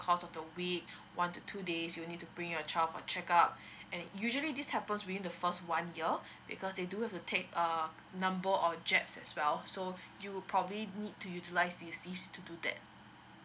course of the week wanted two days you will need to bring your child for check up and usually this happens within the first one year because they do have to take err number of jabs as well so you probably need to utilise this these to do that